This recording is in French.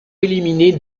éliminer